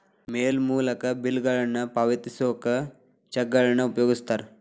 ಮೇಲ್ ಮೂಲಕ ಬಿಲ್ಗಳನ್ನ ಪಾವತಿಸೋಕ ಚೆಕ್ಗಳನ್ನ ಉಪಯೋಗಿಸ್ತಾರ